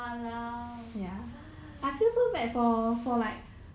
then your friend still working there or also quit already